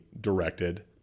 directed